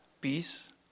peace